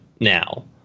now